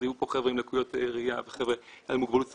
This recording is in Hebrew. היו פה חבר'ה עם לקויות ראייה וחבר'ה עם מוגבלות שכלית,